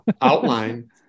outline